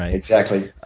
ah exactly.